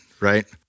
right